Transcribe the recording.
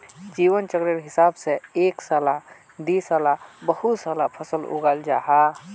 जीवन चक्रेर हिसाब से एक साला दिसाला बहु साला फसल उगाल जाहा